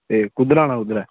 केह् कुद्धर आना कुद्धर ऐ